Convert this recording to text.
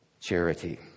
Charity